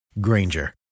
Granger